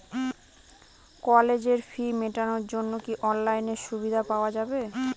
কলেজের ফি মেটানোর জন্য কি অনলাইনে সুবিধা পাওয়া যাবে?